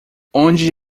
onde